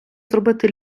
зробити